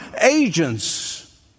agents